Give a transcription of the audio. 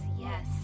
yes